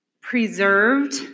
preserved